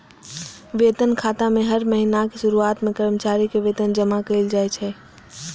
वेतन खाता मे हर महीनाक शुरुआत मे कर्मचारी के वेतन जमा कैल जाइ छै